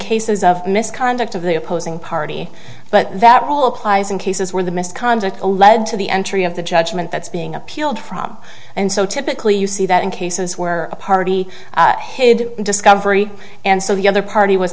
cases of misconduct of the opposing party but that rule applies in cases where the misconduct lead to the entry of the judgment that's being appealed from and so typically you see that in cases where a party hid discovery and so the other party was